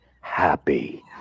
happy